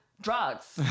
drugs